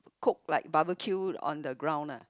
cook like barbeque on the ground ah